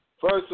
first